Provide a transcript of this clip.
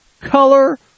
color